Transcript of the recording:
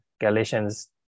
Galatians